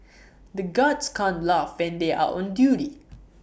the guards can't laugh when they are on duty